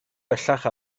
bellach